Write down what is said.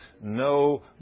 no